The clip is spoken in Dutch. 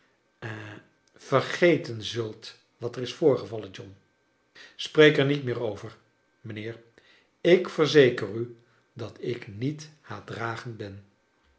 vergeten zult wat er is voorgevallen john spreek er niet meer over mijnheer ik verzeker u dat ik niet haatdragend ben